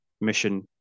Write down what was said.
mission